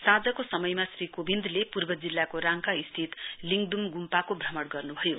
साँझको समयमा श्री कोविन्दले पूर्व जिल्लाको राङका स्थित लिङदुम गुम्पाको भ्रमण गर्नुभयो